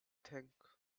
think